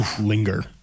linger